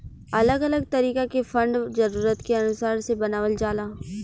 अलग अलग तरीका के फंड जरूरत के अनुसार से बनावल जाला